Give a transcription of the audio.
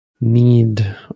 need